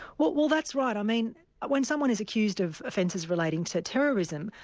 well well that's right. i mean when someone is accused of offences relating to terrorism,